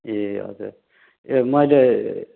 ए हजुर ए मैले